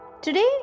Today